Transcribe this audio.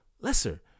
lesser